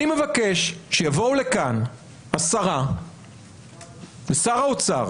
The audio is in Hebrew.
אני מבקש שיבואו לכאן השרה ושר האוצר